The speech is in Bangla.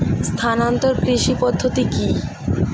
স্থানান্তর কৃষি পদ্ধতি কি?